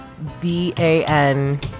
V-A-N